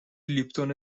لیپتون